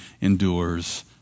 endures